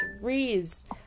threes